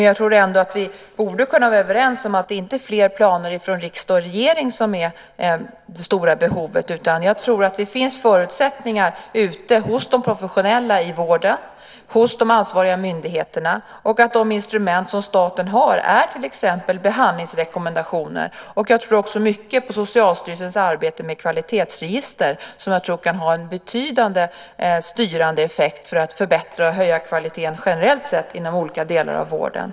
Jag tror dock att vi borde kunna vara överens om att det inte är fler planer från riksdag och regering som är det stora behovet. Jag tror att det finns förutsättningar ute hos de professionella i vården och hos de ansvariga myndigheterna. De instrument som staten har är till exempel behandlingsrekommendationer. Jag tror också mycket på Socialstyrelsens arbete med kvalitetsregister, något som jag tror kan ha en betydande styrande effekt för att förbättra och höja kvaliteten generellt sett inom olika delar av vården.